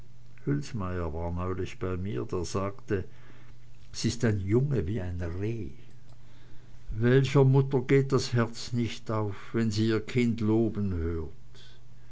war neulich bei mir der sagte es ist ein junge wie n reh welcher mutter geht das herz nicht auf wenn sie ihr kind loben hört